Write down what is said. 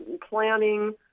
planning